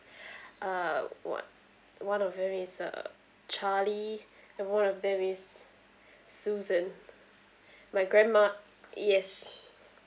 uh one one of them is uh charlie and one of them is susan my grandma yes